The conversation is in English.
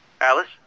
Alice